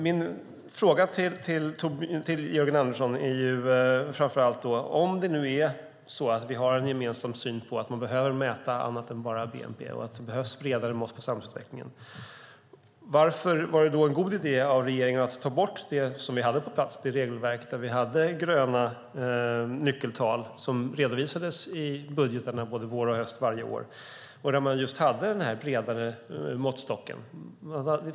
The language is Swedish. Min fråga till Jörgen Andersson är: Om det nu är så att vi har en gemensam syn på att man behöver mäta annat än bara bnp och att det behövs bredare mått på samhällsutvecklingen, varför var det då en god idé av regeringen att ta bort det regelverk som vi hade på plats? Där hade vi gröna nyckeltal som redovisades i budgetarna både vår och höst varje år. Där hade man just den här bredare måttstocken.